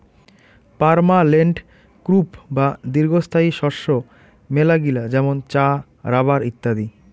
permanent crop বা দীর্ঘস্থায়ী শস্য মেলাগিলা যেমন চা, রাবার ইত্যাদি